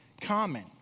common